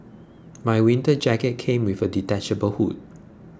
my winter jacket came with a detachable hood